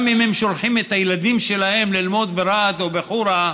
אם הם שולחים את הילדים שלהם ללמוד ברהט או בחורה,